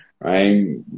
right